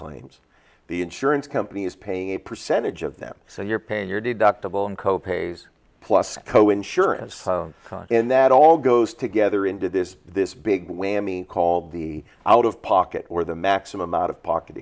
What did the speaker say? claims the insurance company is paying a percentage of them so you're paying your deductible and co pays plus co insurance and that all goes together into this this big way i mean called the out of pocket or the maximum out of pocket